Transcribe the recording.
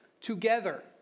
together